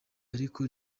ariko